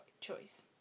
choice